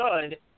good